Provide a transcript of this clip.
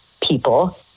people